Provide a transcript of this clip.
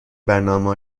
برنامهها